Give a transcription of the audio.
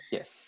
Yes